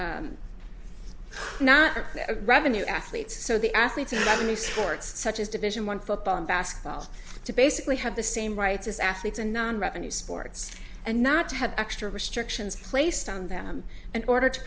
the not revenue athletes so the athletes in many sports such as division one football and basketball to basically have the same rights as athletes and non revenue sports and not to have extra restrictions placed on them and order to